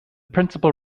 principal